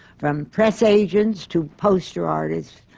from press agents to poster artists,